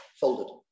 folded